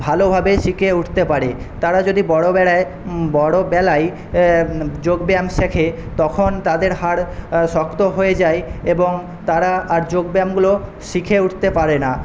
ভালোভাবে শিখে উঠতে পারে তারা যদি বড়ো বেড়ায় বড়োবেলায় যোগব্যায়াম শেখে তখন তাদের হাড় শক্ত হয়ে যায় এবং তারা আর যোগব্যায়ামগুলো শিখে উঠতে পারে না